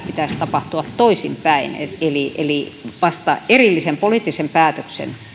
pitäisi tapahtua toisinpäin eli vasta erillisen poliittisen päätöksen